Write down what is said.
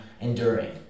enduring